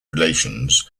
relations